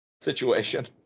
situation